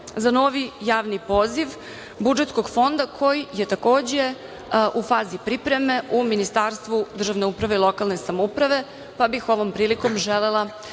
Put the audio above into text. za novi javni poziv budžetskog fonda, koji je takođe u fazi pripreme u Ministarstvu državne uprave i lokalne samouprave, pa bih ovom prilikom želela